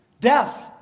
death